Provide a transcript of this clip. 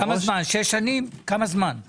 כמה זמן?